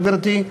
גברתי,